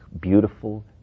Beautiful